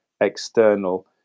external